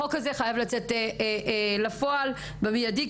החוק הזה חייב לצאת לפועל במיידי.